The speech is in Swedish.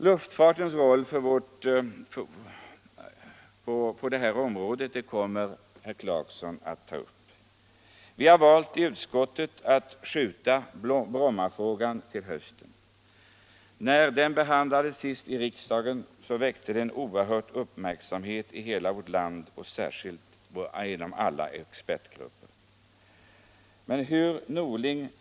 Luftfartens roll på detta område kommer herr Clarkson att ta upp. Trafikpolitiken Trafikpolitiken Vi har i utskottet valt att skjuta Brommafrågan till hösten. När den senast behandlades väckte den oerhörd uppmärksamhet i hela vårt land och särskilt inom alla expertgrupper.